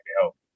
help